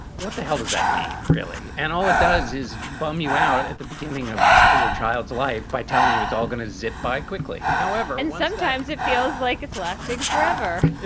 what the hell does that mean, really? and all it does is bum you out at at the beginning of your child's life by telling you it's all going to zip by quickly, however, and sometimes it feels like it's lasting forever.